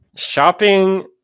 Shopping